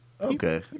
Okay